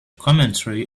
commentary